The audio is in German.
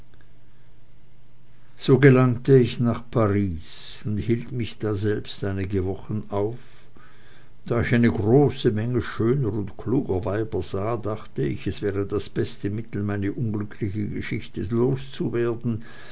so gelangte ich nach paris und hielt mich daselbst einige wochen auf da ich eine große menge schöner und kluger weiber sah dachte ich es wäre das beste mittel meine unglückliche geschichte loszuwerden